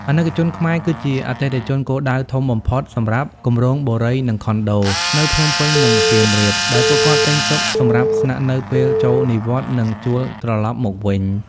អាណិកជនខ្មែរគឺជាអតិថិជនគោលដៅធំបំផុតសម្រាប់ "គម្រោងបុរី និងខុនដូ" នៅភ្នំពេញ និងសៀមរាប ដោយពួកគាត់ទិញទុកសម្រាប់ស្នាក់នៅពេលចូលនិវត្តន៍ ឬជួលត្រឡប់មកវិញ។